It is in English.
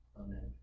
Amen